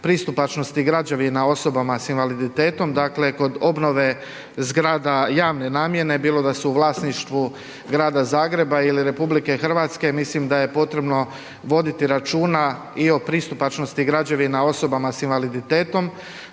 pristupačnosti građevina osobama s invaliditetom, dakle kod obnove zgrada javne namjene, bilo da su u vlasništvu grada Zagreba ili RH, mislim da je potrebno voditi računa i o pristupačnosti građevina osobama s invaliditetom,